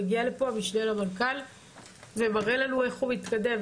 מגיע לפה המשנה למנכ"ל ומראה לנו איך הוא מתקדם.